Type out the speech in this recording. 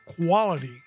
Quality